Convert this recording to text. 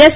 S